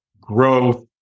growth